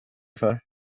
för